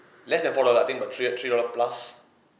less than four dollar I think about three uh three dollar plus